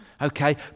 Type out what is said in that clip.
Okay